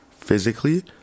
physically